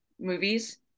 movies